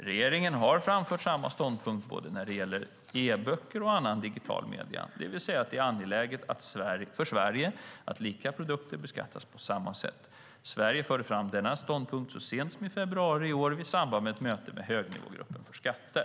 Regeringen har framfört samma ståndpunkt när det gäller både e-böcker och andra digitala medier, det vill säga att det är angeläget för Sverige att lika produkter beskattas på samma sätt. Sverige förde fram denna ståndpunkt så sent som i februari i år i samband med ett möte i EU:s högnivågrupp för skatter.